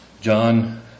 John